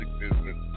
business